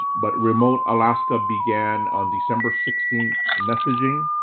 but remote alaska began on december sixteen messaging.